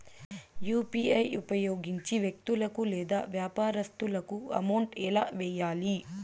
UPI ఉపయోగించి వ్యక్తులకు లేదా వ్యాపారస్తులకు అమౌంట్ ఎలా వెయ్యాలి